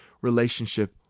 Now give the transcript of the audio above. relationship